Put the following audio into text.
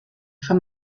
for